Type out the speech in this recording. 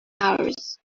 ours